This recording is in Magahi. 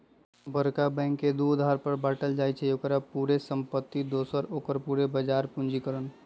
बरका बैंक के दू अधार पर बाटइ छइ, ओकर पूरे संपत्ति दोसर ओकर पूरे बजार पूंजीकरण